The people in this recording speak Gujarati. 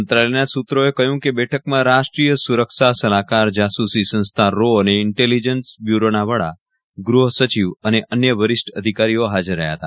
મંત્રાલયના સૂત્રોએ કહ્યું કે બેઠકમાં રાષ્ટ્રીય સુરક્ષા સલાહકાર જાસૂસી સંસ્થા રો અને ઇન્ટેલીજન્સ બ્યૂરોના વડા ગ્રહ સચિવ અને અન્ય વરિષ્ઠ અધિકારીઓ હાજર રહ્યા હતા